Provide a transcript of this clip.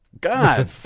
God